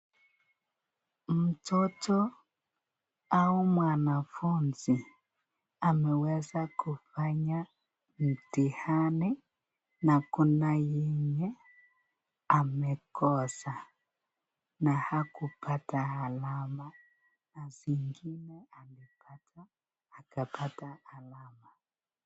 Mtoto au mwanafunzi ameweza kufanya mtihani na kjna yenye amekosa na hakupata alama na zingine amepata akapata alama.